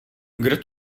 kdo